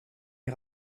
est